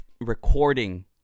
recording